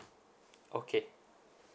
okay